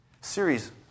series